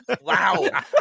Wow